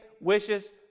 wishes